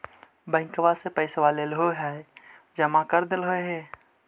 बैंकवा से पैसवा लेलहो है जमा कर देलहो हे?